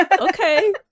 Okay